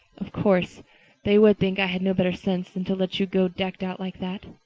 of course they would think i had no better sense than to let you go decked out like that.